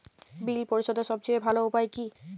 বিল পরিশোধের সবচেয়ে ভালো উপায় কী?